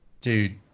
Dude